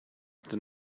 than